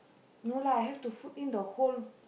no lah have to food in the whole